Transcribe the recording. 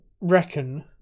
reckon